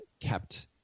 kept